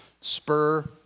spur